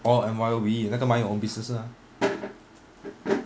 orh M_Y_O_B 那个 mind your own business uh